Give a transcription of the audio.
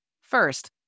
First